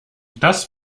das